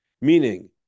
meaning